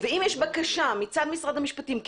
ואם יש בקשה מצד משרד המשפטים,